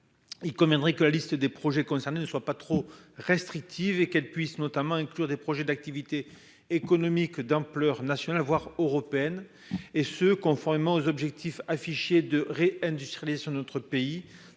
Il conviendrait que la liste des projets concernent ne soit pas trop restrictive et qu'elle puisse notamment inclure des projets d'activité économique d'ampleur nationale, voire européenne. Et ce, conformément aux objectifs affichés de ré-industrialisation de notre pays